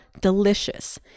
delicious